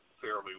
fairly